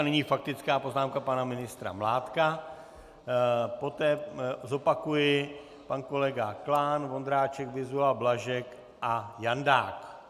Nyní faktická poznámka pana ministra Mládka, poté zopakuji pan kolega Klán, Vondráček, Vyzula, Blažek a Jandák.